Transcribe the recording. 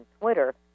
Twitter